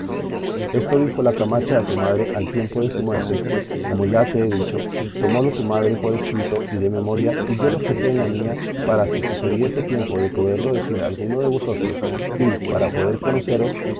esto dijo la camacha a tu madre al tiempo de su muerte como ya te he dicho tomólo tu madre por escrito y de memoria y yo lo fijé en la mía para si sucediese tiempo de poderlo decir a alguno de vosotros